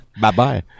bye-bye